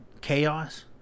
chaos